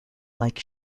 like